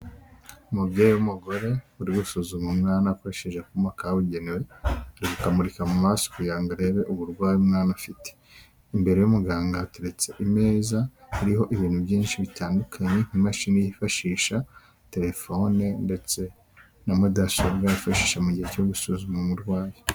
Umubyeyi w'umugore uri gusuzuma umwana akoresheje akuma kabugenewe ari kukamurika mu maso kugira ngo arebe uburwayi umwana afite, imbere y'umuganga hateretse imeza iriho ibintu byinshi bitandukanye imashini yifashisha, telefone ndetse na mudasobwa byifashishwa mu gihe cyo gusuzuma umurwayi.